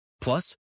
Plus